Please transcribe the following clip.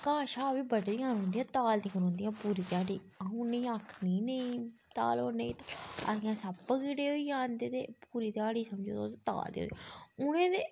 घाह् छाह् बी बडदियां रौंह्दियां तालदियां रौंह्दियां पूरी ध्याड़ी आ'ऊं उनें ई आक्खनी नेईं तालो नेईं तालो आखदियां सप्प कीड़े होई जंदे ते समझो पूरी ध्याड़ी समझो तालदियां रौंह्दियां उनें ते